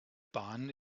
bahn